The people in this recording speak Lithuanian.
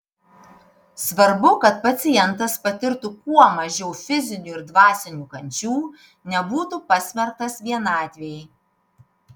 svarbu kad pacientas patirtų kuo mažiau fizinių ir dvasinių kančių nebūtų pasmerktas vienatvei